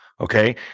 okay